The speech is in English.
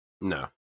No